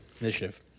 Initiative